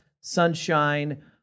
sunshine